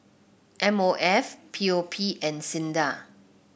M O F P O P and SINDA